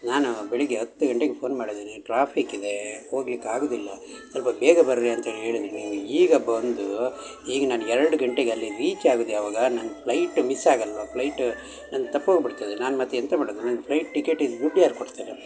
ನಾನು ಬೆಳಗ್ಗೆ ಹತ್ತು ಗಂಟೆಗೆ ಫೋನ್ ಮಾಡಿದ್ದೀನಿ ಟ್ರಾಫಿಕ್ ಇದೇ ಹೋಗ್ಲಿಕ್ಕೆ ಆಗುವುದಿಲ್ಲ ಸ್ವಲ್ಪ ಬೇಗ ಬರ್ರೀ ಅಂತೇಳಿ ಹೇಳಿದೀನಿ ನೀವು ಈಗ ಬಂದು ಈಗ ನಾನು ಎರಡು ಗಂಟೆಗೆ ಅಲ್ಲಿ ರೀಚ್ ಆಗೋದು ಯಾವಾಗ ನನ್ನ ಫ್ಲೈಟ್ ಮಿಸ್ ಆಗೋಲ್ವ ಫ್ಲೈಟ ನಂಗೆ ತಪ್ಪೋಗಿ ಬಿಡ್ತದೆ ನಾನು ಮತ್ತು ಎಂತ ಮಾಡೋದು ನನ್ನ ಫ್ಲೈಟ್ ಟಿಕೆಟಿದು ದುಡ್ಡು ಯಾರು ಕೊಡ್ತಾರೆ